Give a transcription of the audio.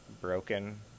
broken